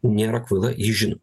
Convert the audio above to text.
nėra kvaila ji žino